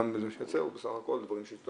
הוא גם --- הוא בסך הכל דברים שיש יותר